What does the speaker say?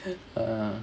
uh